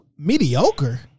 Mediocre